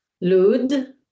Lud